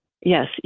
Yes